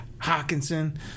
Hawkinson